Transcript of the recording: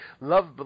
love